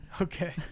Okay